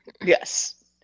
yes